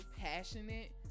passionate